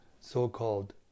so-called